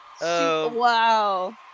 Wow